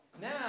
Now